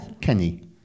Kenny